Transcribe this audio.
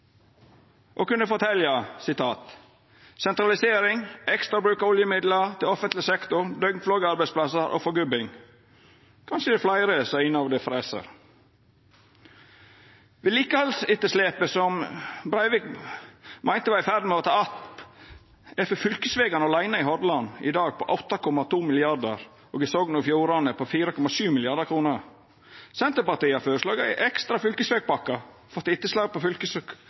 og kunne fortelja om sentralisering, ekstra bruk av oljemidlar til offentleg sektor, døgnflugearbeidsplassar og forgubbing. Kanskje er det fleire som har innøvde fraser. Vedlikehaldsetterslepet som Breivik meinte ein var i ferd med å ta att, er for fylkesvegane i Hordaland aleine i dag på 8,2 mrd. kr og i Sogn og Fjordane på 4,7 mrd. kr. Senterpartiet har føreslått ein ekstra fylkesvegpakke til etterslepet på fylkesvegane. Kvar er denne satsinga frå regjeringspartia? Det